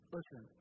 Listen